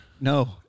no